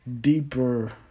deeper